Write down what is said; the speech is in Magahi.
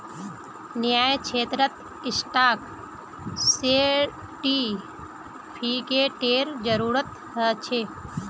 न्यायक्षेत्रत स्टाक सेर्टिफ़िकेटेर जरूरत ह छे